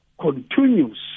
continues